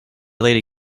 lady